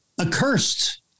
accursed